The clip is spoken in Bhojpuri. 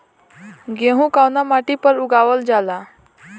गेहूं कवना मिट्टी पर उगावल जाला?